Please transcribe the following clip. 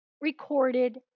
recorded